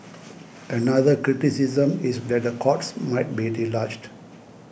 another criticism is that the courts might be deluged